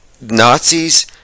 Nazis